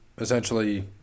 essentially